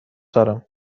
دارم